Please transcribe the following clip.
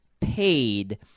paid